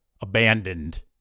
abandoned